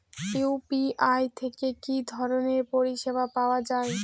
UPI থেকে কি ধরণের পরিষেবা পাওয়া য়ায়?